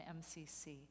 MCC